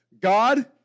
God